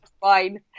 Fine